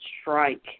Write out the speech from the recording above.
strike